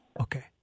Okay